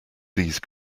these